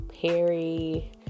Perry